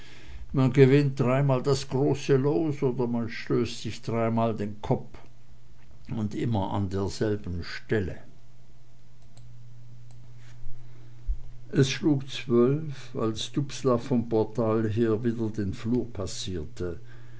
man gewinnt dreimal das große los oder man stößt sich dreimal den kopp und immer an derselben stelle es schlug zwölf als dubslav vom portal her wieder den flur passierte